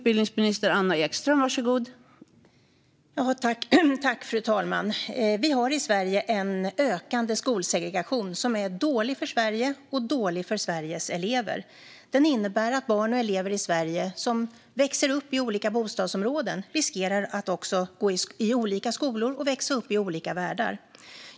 Fru talman! Vi har i Sverige en ökande skolsegregation som är dålig för Sverige och dålig för Sveriges elever. Den innebär att barn och elever i Sverige som växer upp i olika bostadsområden riskerar att också gå i olika skolor och växa upp i olika värdar.